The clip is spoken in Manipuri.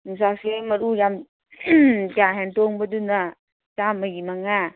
ꯌꯣꯡꯆꯥꯛꯁꯦ ꯃꯔꯨ ꯌꯥꯝ ꯀꯥ ꯍꯦꯟꯅ ꯇꯣꯡꯕꯗꯨꯅ ꯆꯥꯝꯃꯒꯤ ꯃꯉꯥ